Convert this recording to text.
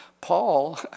Paul